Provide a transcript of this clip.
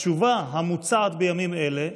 התשובה המוצעת בימים אלה,